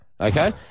okay